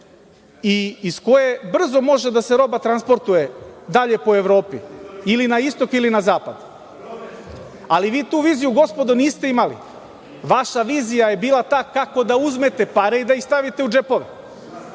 i iz koje brzo može da se roba transportuje dalje po Evropi ili na istok ili na zapad. Ali, vi tu viziju gospodo niste imali. Vaša vizija je bila ta kako da uzmete pare i da ih stavite u džepove.